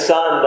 Son